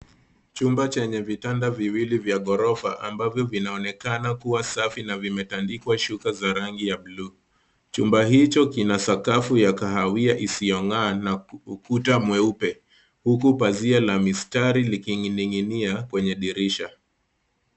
Chumba chenye vitanda viwili vya ghorofa ambavyo vinaonekana kuwa safi na vimetandikwa shuka za rangi ya blue .Chumba hicho kina sakafu ya kahawia isiyong'aa na ukuta mweupe. Huku pazia la mistari likining'inia kwenye dirisha.